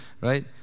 right